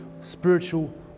spiritual